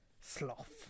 sloth